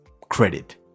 credit